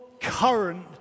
current